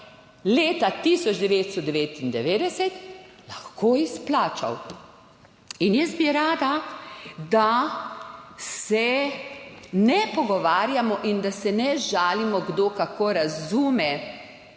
leta 1999, lahko izplačal. In jaz bi rada, da se ne pogovarjamo in da se ne žalimo, kdo kako razume